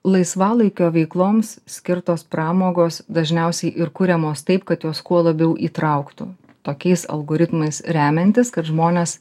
laisvalaikio veikloms skirtos pramogos dažniausiai ir kuriamos taip kad jos kuo labiau įtrauktų tokiais algoritmais remiantis kad žmones